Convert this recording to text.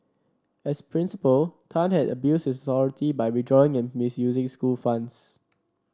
as principal Tan had abused his authority by withdrawing and misusing school funds